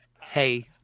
Hey